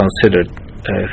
considered